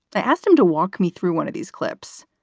i asked him to walk me through one of these clips.